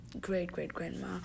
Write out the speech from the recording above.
great-great-grandma